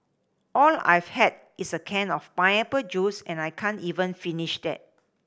all I've had is a can of pineapple juice and I can't even finish that